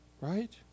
Right